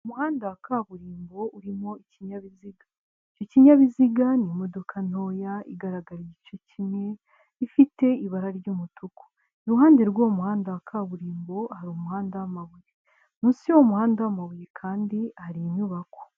Umuhanda wa kaburimbo urimo ikinyabiziga, icyo kinyabiziga n'imodoka ntoya igaragara igice kimwe ifite ibara ry'umutuku, iruhande rw'uwo muhanda wa kaburimbo hari umuhanda w'amabuye, munsi y'uwo muhanda w'amabuye kandi hari inyubako.